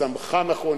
צמחה נכון,